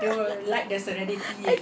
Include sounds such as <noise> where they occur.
<laughs> I